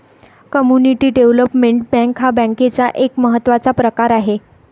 community development bank हा बँकेचा एक महत्त्वाचा प्रकार आहे